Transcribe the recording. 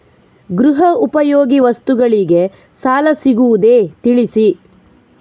ಗೃಹ ಉಪಯೋಗಿ ವಸ್ತುಗಳಿಗೆ ಸಾಲ ಸಿಗುವುದೇ ತಿಳಿಸಿ?